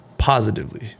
positively